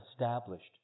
established